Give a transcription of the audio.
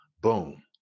Boom